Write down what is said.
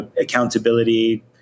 accountability